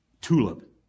Tulip